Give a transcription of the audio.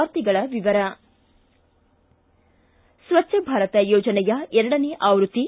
ವಾರ್ತೆಗಳ ವಿವರ ಸ್ವಚ್ಛ ಭಾರತ ಯೋಜನೆಯ ಎರಡನೇಯ ಆವೃತ್ತಿ